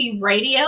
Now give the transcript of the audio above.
Radio